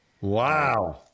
Wow